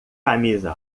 camisa